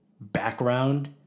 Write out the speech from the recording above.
background